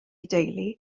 deulu